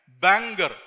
banger